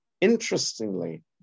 interestingly